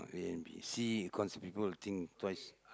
A and B C because people will think twice